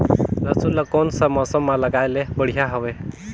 लसुन ला कोन सा मौसम मां लगाय ले बढ़िया हवे?